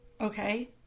Okay